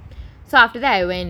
so after that I went